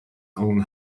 own